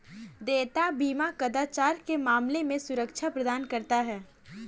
देयता बीमा कदाचार के मामले में सुरक्षा प्रदान करता है